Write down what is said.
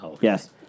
Yes